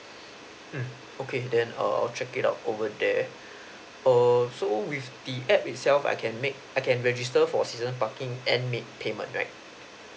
mm okay then err I'll check it out over there err so with the app itself I can make I can register for season parking and make payment right